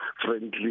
friendly